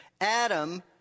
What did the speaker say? Adam